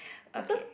okay